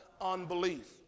unbelief